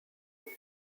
est